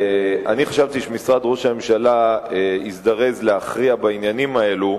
חשבתי שמשרד ראש הממשלה יזדרז להכריע בעניינים האלה,